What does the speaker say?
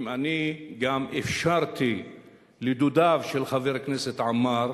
אם אני גם אפשרתי לדודיו של חבר הכנסת עמאר